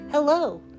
Hello